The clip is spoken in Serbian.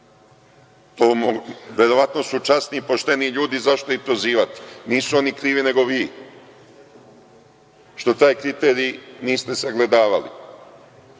verovatno su časni i pošteni ljudi, zašto ih prozivati. Nisu oni krivi, nego vi što taj kriterij niste sagledavali.